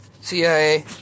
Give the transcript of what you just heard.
CIA